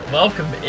welcome